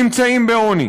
נמצאים בעוני.